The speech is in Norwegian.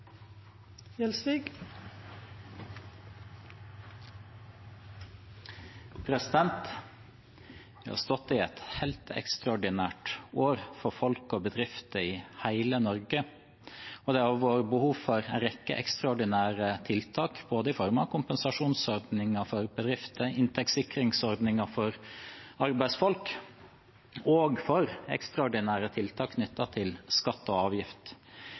bedrifter i hele Norge, og det har vært behov for en rekke ekstraordinære tiltak, både i form av kompensasjonsordninger for bedrifter, inntektssikringsordninger for arbeidsfolk og ekstraordinære tiltak knyttet til skatter og